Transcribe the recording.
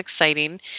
exciting